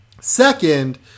second